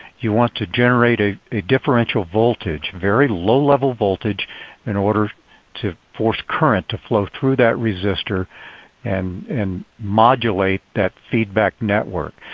you want to generate a a differential voltage, very low level voltage in order to force current to flow through that resistor and modulate that feedback network.